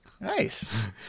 nice